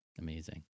Amazing